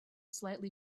slightly